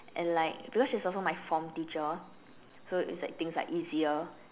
and like because she's also my form teacher so it's like things are easier